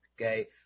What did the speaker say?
okay